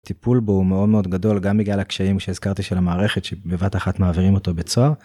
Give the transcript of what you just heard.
טיפול בו מאוד מאוד גדול גם בגלל הקשיים שהזכרתי של המערכת שבבת אחת מעבירים אותו בית סוהר.